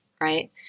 right